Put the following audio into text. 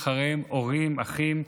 ומשאירים אחריהם הורים, אחים,